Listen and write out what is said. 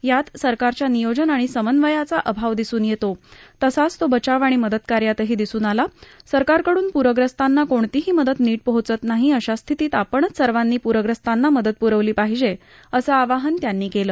यात सरकारच्या नियोजन आणि समन्वयाचा अभाव दिसून येतो तसाच तो बचाव आणि मदतकार्यातही दिसून आला सरकारकडून प्रग्रस्तांना कोणतीही मदत नीट पोचत नाही अशा स्थितीत आपणच सर्वांनी पूरग्रस्तांना मदत पूरवली पाहिजे असं आवाहन त्यांनी केलं